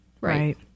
Right